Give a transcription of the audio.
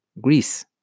Greece